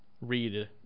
read